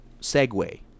segue